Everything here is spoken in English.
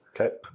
Okay